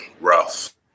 rough